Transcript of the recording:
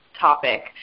topic